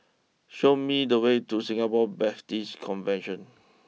show me the way to Singapore Baptist Convention